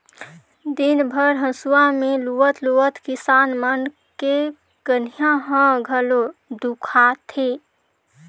दिन भर हंसुआ में लुवत लुवत किसान मन के कनिहा ह घलो दुखा थे